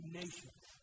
nations